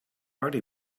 already